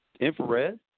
infrared